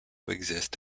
exists